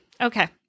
okay